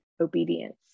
obedience